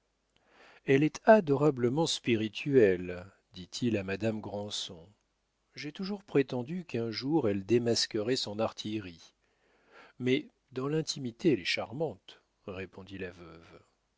elle est adorablement spirituelle dit-il à madame granson j'ai toujours prétendu qu'un jour elle démasquerait son artillerie mais dans l'intimité elle est charmante répondit la veuve